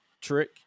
trick